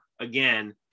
again